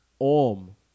Om